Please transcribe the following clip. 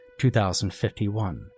2051